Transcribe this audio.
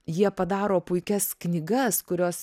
jie padaro puikias knygas kurios